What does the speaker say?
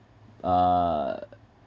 uh